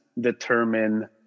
determine